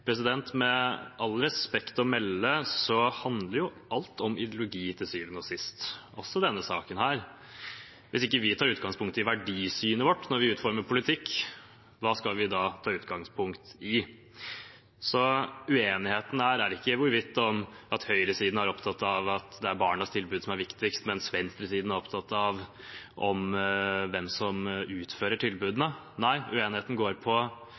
med respekt å melde handler jo alt om ideologi til syvende og sist, også denne saken. Hvis vi ikke skal ta utgangspunkt i verdisynet vårt når vi utformer politikk, hva skal vi da ta utgangspunkt i? Så uenigheten her går ikke på hvorvidt høyresiden er opptatt av at det er barnas tilbud som er viktigst, mens venstresiden er opptatt av hvem som utfører tilbudene. Nei, uenigheten går på